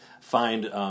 find